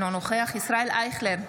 אינו נוכח ישראל אייכלר,